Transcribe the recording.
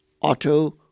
auto